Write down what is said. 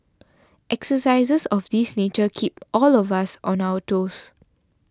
exercises of this nature keep all of us on our toes